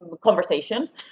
conversations